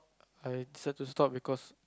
I decided to stop because